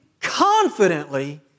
confidently